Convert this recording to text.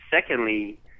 secondly